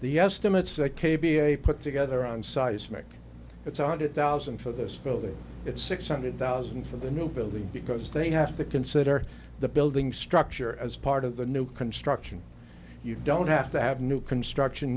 the estimates that k p a put together on seismic it's a hundred thousand for this building it's six hundred thousand for the new building because they have to consider the building structure as part of the new construction you don't have to have new construction